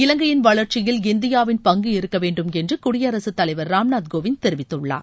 இலங்கையின் வளர்ச்சியில் இந்தியாவின் பங்கு இருக்க வேண்டும் என்று குடியரசுத் தலைவர் ராம்நாத் கோவிந்த் தெரிவித்துள்ளார்